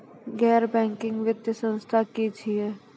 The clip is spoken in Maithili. गैर बैंकिंग वित्तीय संस्था की छियै?